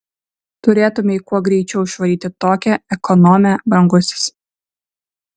turėtumei kuo greičiau išvaryti tokią ekonomę brangusis